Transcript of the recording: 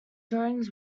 drawings